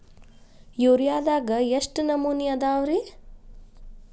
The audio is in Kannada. ಯೂರಿಯಾದಾಗ ಎಷ್ಟ ನಮೂನಿ ಅದಾವ್ರೇ?